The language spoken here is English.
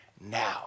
now